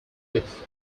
roof